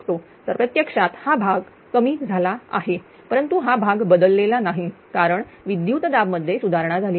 तर प्रत्यक्षात हा भाग कमी झाला आहे परंतु हा भाग बदललेला नाही कारण विद्युत दाब मध्ये सुधारणा झालेली आहे